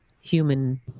human